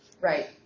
Right